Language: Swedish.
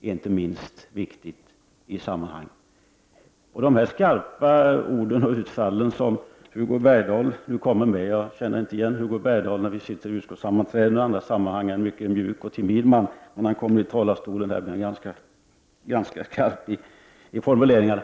inte minst viktigt i sammanhanget. Hugo Bergdahl kommer nu med skarpa ord och utfall. Jag känner inte igen Hugo Bergdahl. När vi sitter i utskottssammanträden, och i andra sammanhang, är han en mycket mjuk och timid man. Men när han kommer upp i talarstolen blir han ganska kantig i formuleringarna.